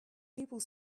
people